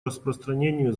распространению